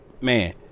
Man